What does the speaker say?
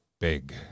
big